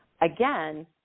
again